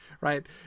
right